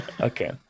Okay